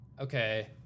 okay